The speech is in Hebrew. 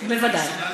בוודאי.